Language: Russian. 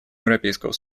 европейского